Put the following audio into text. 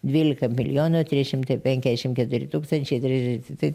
dvylika milijonų trys šimtai penkiasšim keturi tūkstančiai tri tai